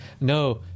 No